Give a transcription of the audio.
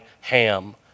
Ham